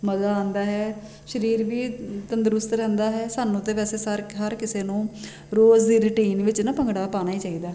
ਮਜ਼ਾ ਆਉਂਦਾ ਹੈ ਸਰੀਰ ਵੀ ਤੰਦਰੁਸਤ ਰਹਿੰਦਾ ਹੈ ਸਾਨੂੰ ਅਤੇ ਵੈਸੇ ਸਰ ਹਰ ਕਿਸੇ ਨੂੰ ਰੋਜ਼ ਦੀ ਰੂਟੀਨ ਵਿੱਚ ਨਾ ਭੰਗੜਾ ਪਾਉਣਾ ਹੀ ਚਾਹੀਦਾ